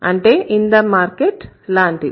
అంటే in the market లాంటివి